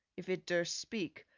if it durst speak,